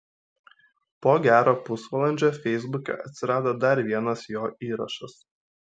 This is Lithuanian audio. po gero pusvalandžio feisbuke atsirado dar vienas jo įrašas